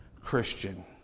Christian